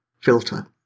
Filter